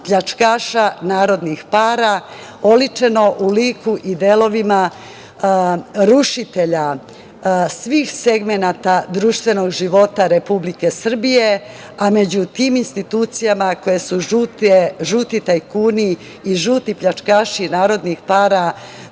pljačkaša narodnih para, oličeno u liku i delovima rušitelja svih segmenata društvenog života Republike Srbije, a među tim institucijama koje su žuti tajkuni i žuti pljačkaši narodnih para